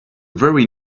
very